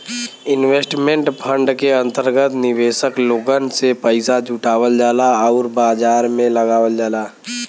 investment fund के अंतर्गत निवेशक लोगन से पइसा जुटावल जाला आउर बाजार में लगावल जाला